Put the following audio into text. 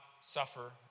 suffer